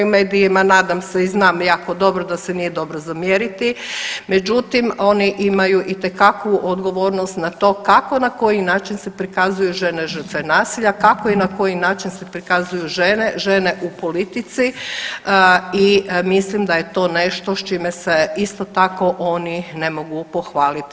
Medijima nadam se i znam jako dobro da se nije dobro zamjeriti, međutim oni imaju itekakvu odgovornost na to kako, na koji način se prikazuju žene žrtve nasilja, kako i na koji način se prikazuju žene, žene u politici i mislim da je to nešto s čime se isto tako oni ne mogu pohvaliti.